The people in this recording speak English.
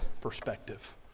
perspective